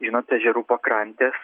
einat ežerų pakrantės